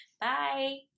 Bye